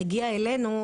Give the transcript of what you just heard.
מגיע אלינו,